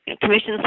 commission